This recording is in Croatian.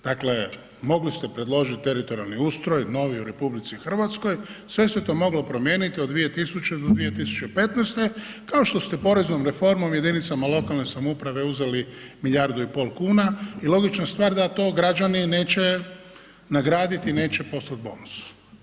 Dakle, mogli ste predložiti teritorijalni ustroj, novi u RH, sve se to moglo promijeniti od 2000. do 2015. kao što ste poreznom reformom jedinicama lokalne samouprave uzeli milijardu i pol kuna i logična stvar da to građani neće nagraditi i neće postat bonus.